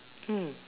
mm